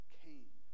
came